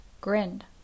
grinned